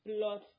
blood